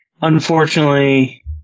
unfortunately